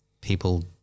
people